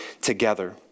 together